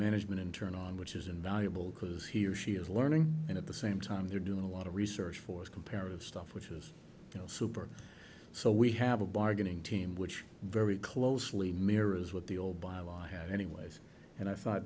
management in turn on which is invaluable because he or she is learning and at the same time they're doing a lot of research for its comparative stuff which is you know super good so we have a bargaining team which very closely mirrors what the old by law had anyways and i thought